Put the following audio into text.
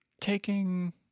taking